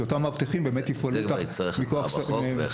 שאותם מאבטחים באמת יפעלו מתוקף סמכות.